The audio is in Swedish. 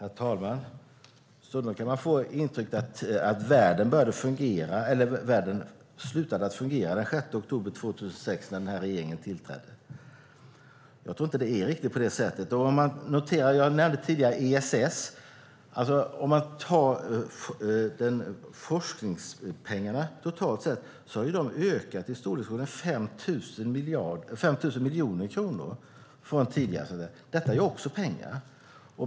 Herr talman! Stundom kan man få intrycket att världen slutade fungera den 6 oktober 2006 när alliansregeringen tillträdde. Jag tror inte att det är riktigt på det sättet. Jag nämnde tidigare ESS. Forskningspengarna totalt sett har ökat i storleksordningen 5 000 miljoner kronor. Det är också pengar.